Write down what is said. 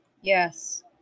Yes